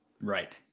Right